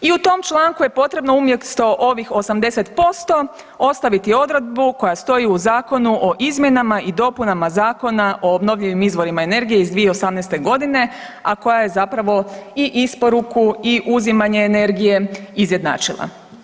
I u tom članku je potrebno umjesto ovih 80% ostaviti odredbu koja stoji u Zakonu o izmjenama i dopunama Zakona o obnovljivim izvorima energije iz 2018. godine, a koja je zapravo i isporuku i uzimanje energije izjednačila.